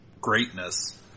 greatness